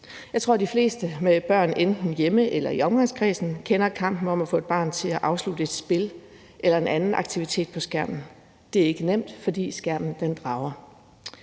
Jeg tror, de fleste med børn enten derhjemme eller i omgangskredsen kender kampen med at få et barn til at afslutte et spil eller en anden aktivitet på skærmen. Det er ikke nemt, fordi skærmen drager.